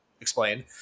explain